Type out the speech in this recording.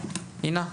אינה,